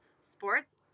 sports